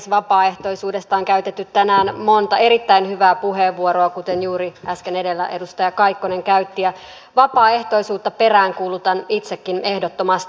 vapaaehtoisuudesta on käytetty tänään monta erittäin hyvää puheenvuoroa kuten juuri äsken edellä edustaja kaikkonen käytti ja vapaaehtoisuutta peräänkuulutan itsekin ehdottomasti